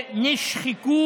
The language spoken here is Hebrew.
שנשחק,